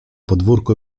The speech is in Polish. podwórko